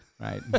right